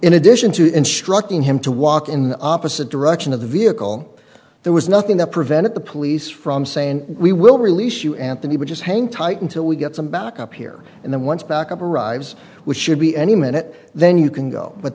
in addition to instructing him to walk in the opposite direction of the vehicle there was nothing that prevented the police from saying we will release you and that he would just hang tight until we get some back up here and then once back up arrives we should be any minute then you can go but